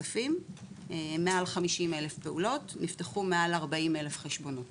ומעל כ-50,000 פעולות ונפתחו מעל כ-40,000 חשבונות